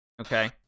Okay